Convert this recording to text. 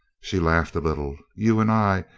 she laughed a little. you and i,